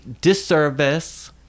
disservice